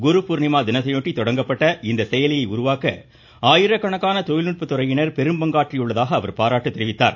குரு பூர்ணிமா தினத்தையொட்டி தொடங்கப்பட்ட இந்த செயலியை உருவாக்க ஆயிரக்கணக்கான தொழில்நுட்பத் துறையினர் பெரும் பங்காற்றியுள்ளதாக அவர் பாராட்டினார்